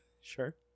sure